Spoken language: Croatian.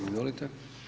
Izvolite.